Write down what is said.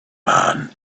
man